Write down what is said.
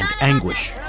anguish